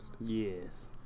Yes